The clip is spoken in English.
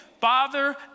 Father